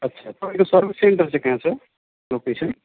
अच्छा तपाईँको service centre चाहिँ कहाँ छ लोकेसन